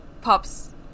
Pop's